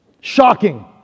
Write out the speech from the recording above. Shocking